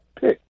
pick